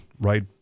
right